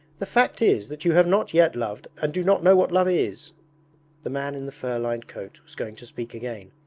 the fact is that you have not yet loved and do not know what love is the man in the fur-lined coat was going to speak again,